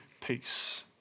peace